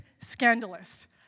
scandalous